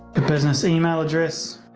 the business e-mail address.